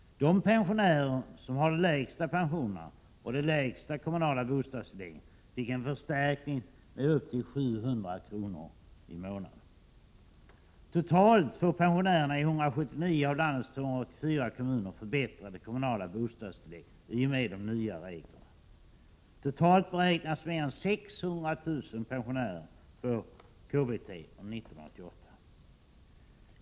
De pensionärer som har de lägsta pensionerna och de lägsta kommunala bostadstilläggen fick en förstärkning med upp till 700 kr. i månaden. Totalt får pensionärerna i 179 av landets 284 kommuner förbättrade kommunala bostadstillägg i och med de nya reglerna. Totalt beräknas mer än 600 000 pensionärer få KBT under 1988.